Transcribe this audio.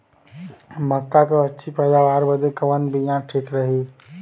मक्का क अच्छी पैदावार बदे कवन बिया ठीक रही?